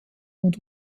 und